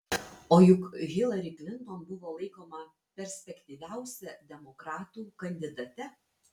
o juk hilari klinton buvo laikoma perspektyviausia demokratų kandidate